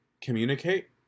communicate